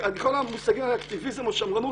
כל המושגים האלה "אקטיביזם" או "שמרנות",